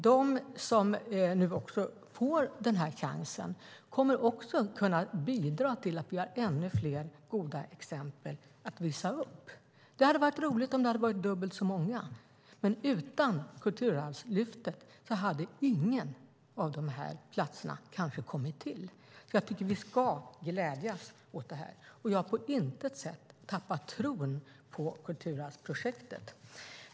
De som får den chansen kommer att bidra till att vi har ännu fler goda exempel att visa upp. Det hade varit roligt om det hade varit dubbelt så många, men utan Kulturarvslyftet hade ingen av dessa platser kommit till. Jag tycker att vi ska glädjas åt detta. Jag har på intet sätt tappat tron på Kulturarvsprojektet.